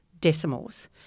decimals